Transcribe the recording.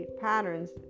patterns